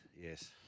yes